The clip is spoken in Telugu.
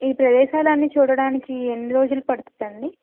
ఈ ప్రదేశాలు అన్నీ చూడటానికి ఎన్ని రోజులు పడుతుంది అండి